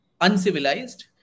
uncivilized